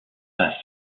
masse